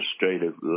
administrative